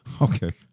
okay